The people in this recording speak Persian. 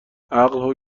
عقل